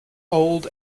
old